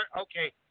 Okay